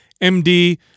MD